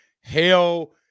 Hell